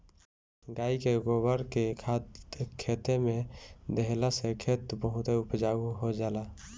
गाई के गोबर के खाद खेते में देहला से खेत बहुते उपजाऊ हो जाला